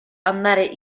andare